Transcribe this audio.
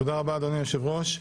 תודה ליושב-ראש הכנסת.